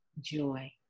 joy